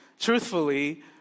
truthfully